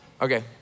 Okay